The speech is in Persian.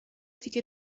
دیگه